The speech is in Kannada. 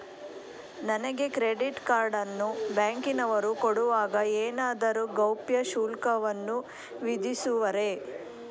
ನನಗೆ ಕ್ರೆಡಿಟ್ ಕಾರ್ಡ್ ಅನ್ನು ಬ್ಯಾಂಕಿನವರು ಕೊಡುವಾಗ ಏನಾದರೂ ಗೌಪ್ಯ ಶುಲ್ಕವನ್ನು ವಿಧಿಸುವರೇ?